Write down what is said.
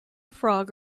frog